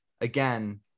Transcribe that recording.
again